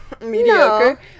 mediocre